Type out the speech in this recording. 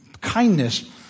kindness